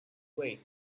way